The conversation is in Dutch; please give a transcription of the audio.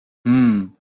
hmm